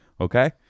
okay